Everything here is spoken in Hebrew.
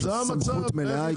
יש לה סמכות מלאה,